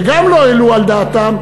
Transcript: שגם לא העלו על דעתם,